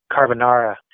carbonara